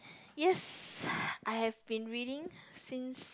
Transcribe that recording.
yes I have been reading since